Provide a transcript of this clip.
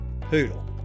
poodle